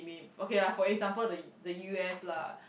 okay lah for example the the U_S lah